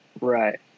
right